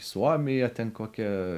į suomiją ten kokią